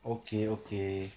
okay okay